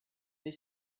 they